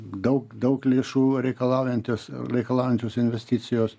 daug daug lėšų reikalaujantis reikalaujančios investicijos